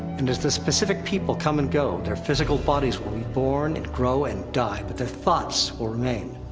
and as the specific people come and go, their physical bodies will be born, and grow, and die. but their thoughts will remain.